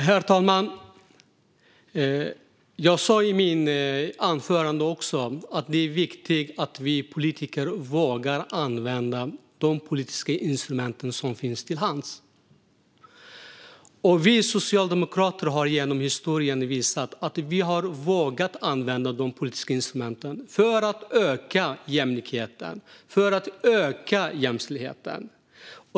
Herr talman! Jag sa i mitt anförande också att det är viktigt att vi politiker vågar använda de politiska instrument som finns till hands. Vi socialdemokrater har genom historien visat att vi har vågat använda de politiska instrumenten för att öka jämlikheten och för att öka jämställdheten.